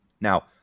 Now